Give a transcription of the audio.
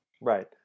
right